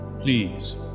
Please